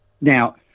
Now